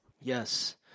Yes